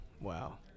Wow